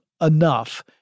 enough